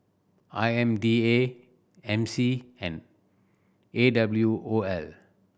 I M D A M C and A W O L